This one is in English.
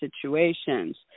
situations